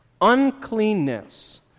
uncleanness